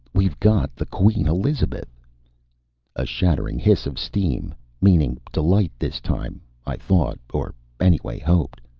we've got the queen elizabeth a shattering hiss of steam meaning delight this time, i thought. or anyway hoped.